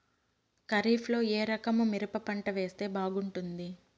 ఖరీఫ్ లో ఏ రకము మిరప పంట వేస్తే బాగుంటుంది